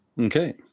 Okay